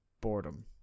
boredom